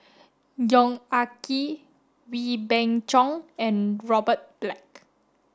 Yong Ah Kee Wee Beng Chong and Robert Black